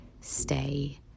stay